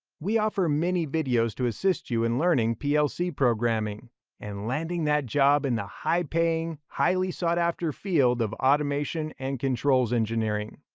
we offer many videos to assist you in learning plc programming and landing that job in the high paying, highly sought after field of automation and controls engineering.